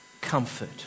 comfort